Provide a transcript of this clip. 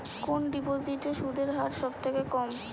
কোন ডিপোজিটে সুদের হার সবথেকে কম?